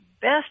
best